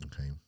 Okay